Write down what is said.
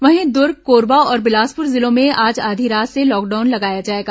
वहीं दुर्ग कोरबा और बिलासपुर जिलों में आज आधी रात से लॉकडाउन लगाया जाएगा